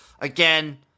again